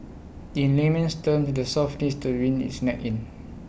in layman's terms the south needs to wind its neck in